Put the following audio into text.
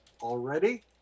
already